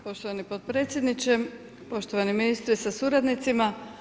Poštovani potpredsjedniče, poštovani ministre sa suradnicima.